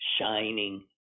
shining